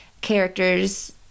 characters